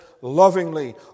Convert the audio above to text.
lovingly